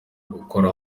gukora